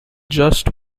just